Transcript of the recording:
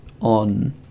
on